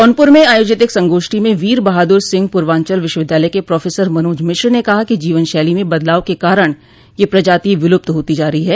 जौनपुर में आयोजित एक संगोष्ठी में वीर बहादुर सिंह पूर्वांचल विश्वविद्यालय के प्रोफेसर मनोज मिश्र ने कहा कि जीवनशैली में बदलाव के कारण यह प्रजाति विलुप्त होती जा रही है